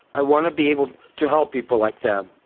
i want to be able to help people like that.